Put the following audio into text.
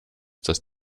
das